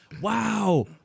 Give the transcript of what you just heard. wow